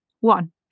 one